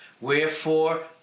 wherefore